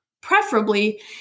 preferably